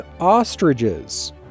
ostriches